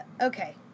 Okay